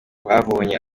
babonye